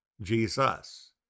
Jesus